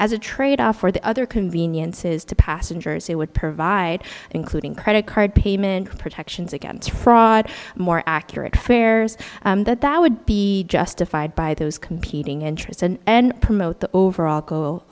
as a trade off for the other conveniences to passengers it would provide including credit card payment protections against fraud more accurate fares that that would be justified by those competing interests and promote the overall